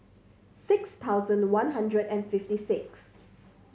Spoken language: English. six thousand one hundred and fifty six